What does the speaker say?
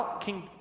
King